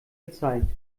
gezeigt